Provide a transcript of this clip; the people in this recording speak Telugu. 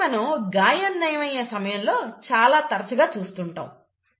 దీనిని మనం గాయం నయమయ్యే సమయంలో చాలా తరచుగా చూస్తాము